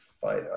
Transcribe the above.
Fight